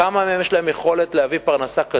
כמה מהן יש להן יכולת להביא משכורת כזאת